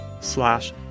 slash